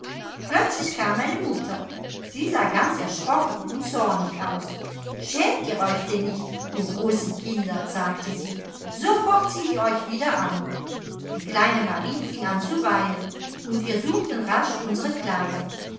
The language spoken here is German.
plötzlich kam meine mutter sie sah ganz erschrocken und zornig aus schämt ihr euch denn nicht ihr großen kinder sagte sie sofort zieht ihr euch wieder an die kleine marie fing an zu weinen und wir suchten rasch unsre kleider